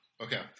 Okay